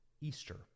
Easter